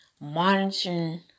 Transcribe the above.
monitoring